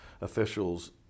officials